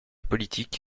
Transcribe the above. politique